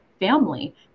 family